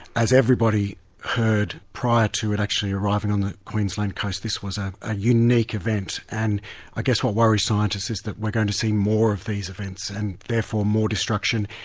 as everybody heard prior to it actually arriving on the queensland coast, this was ah a unique event, and i guess what worries scientists is that we're going to see more of these events, and therefore more destruction.